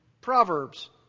proverbs